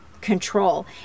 control